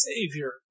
Savior